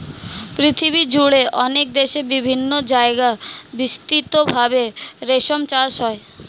পৃথিবীজুড়ে অনেক দেশে বিভিন্ন জায়গায় বিস্তৃত ভাবে রেশম চাষ হয়